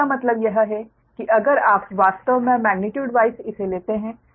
इसका मतलब यह है कि अगर आप वास्तव में मेग्नीट्यूड वाइज़ इसे लेते हैं